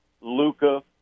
Luca